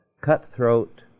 cutthroat